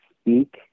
speak